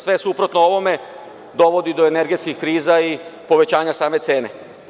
Sve suprotno ovome dovodi do energetskih kriza i povećanja same cene.